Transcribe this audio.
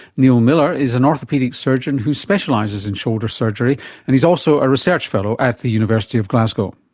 neal millar is an orthopaedic surgeon who specialises in shoulder surgery and he is also a research fellow at the university of glasgow.